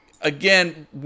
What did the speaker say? again